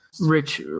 Rich